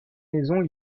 maisons